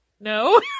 No